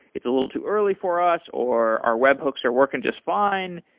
it's a little too early for us, or, our webhooks are working just fine.